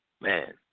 Man